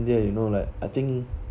they're you know like I think